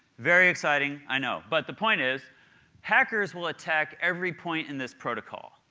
very exciting, i know, but the point is hackers will attack every point in this protocol,